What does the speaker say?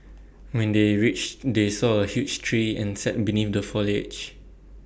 when they reached they saw A huge tree and sat beneath the foliage